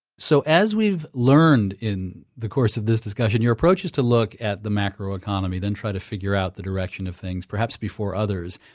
so as we've learned in the course of this discussion, your approach is to look at the macro economy then try to figure out the directions of things, perhaps before others.